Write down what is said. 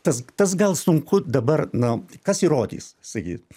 tas tas gal sunku dabar na kas įrodys sakyt